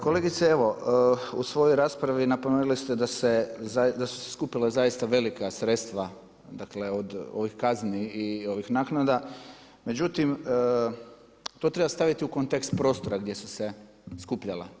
Kolegice evo u svojoj raspravi napomenuli ste da su se skupila zaista velika sredstva od ovih kazni i ovih naknada, međutim to treba staviti u kontekst prostora gdje su se skupljala.